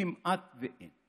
כמעט אין.